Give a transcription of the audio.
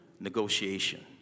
negotiation